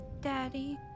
Daddy